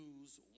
use